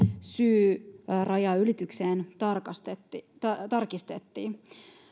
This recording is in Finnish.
syy rajan ylitykseen tarkistettiin